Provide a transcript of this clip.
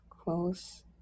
close